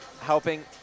helping